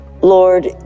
Lord